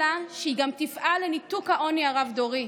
אלא שהיא גם תפעל לניתוק העוני הרב-דורי.